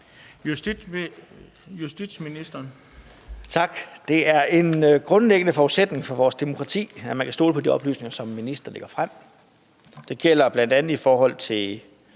Pape Poulsen): Tak. Det er en grundlæggende forudsætning for vores demokrati, at man kan stole på de oplysninger, som ministre lægger frem. Det gælder bl.a. i forhold til